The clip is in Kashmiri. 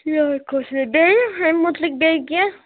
یہےَ خوشنٕے بیٚیہِ اَمہِ مُتعلِق بیٚیہِ کیٚنٛہہ